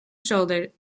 shouldered